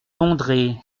bondrée